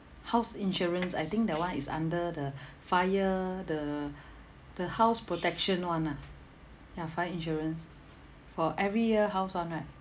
house insurance I think that [one] is under the fire the the house protection [one] ah ya fire insurance for every year house [one] right